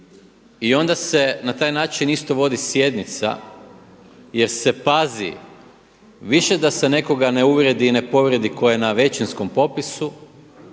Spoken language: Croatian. i onda se na taj način isto vodi sjednica jer se pazi više da se nekoga ne uvrijedi i ne povrijedi tko je na većinskom popisu